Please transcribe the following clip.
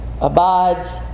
abides